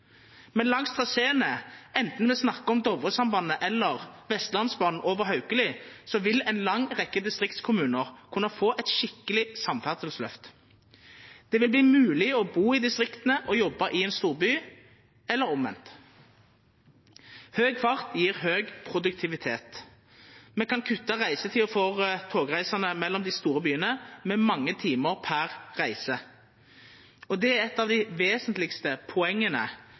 men langs traséane, anten me snakkar om Dovresambandet eller Vestlandsbanen over Haukeli, vil ei lang rekkje distriktskommunar kunna få eit skikkeleg samferdselsløft. Det vil verta mogleg å bu i distrikta og jobba i ein storby, eller omvendt. Høg fart gjev høg produktivitet. Me kan kutta reisetida for togreisande mellom dei store byane med mange timar per reise. Det er eit av dei vesentlegaste poenga